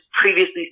previously